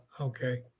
okay